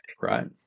right